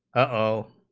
o